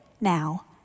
now